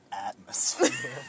atmosphere